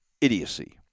idiocy